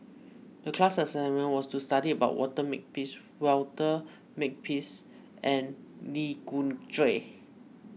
the class assignment was to study about Walter Makepeace Walter Makepeace and Lee Khoon Choy